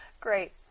Great